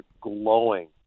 glowing